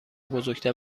بزرگتر